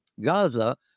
Gaza